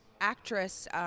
actress